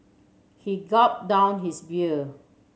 he gulp down his beer